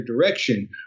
direction